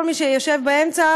כל מי שיושב באמצע,